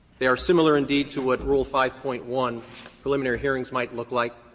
they are similar indeed to what rule five point one preliminary hearings might look like.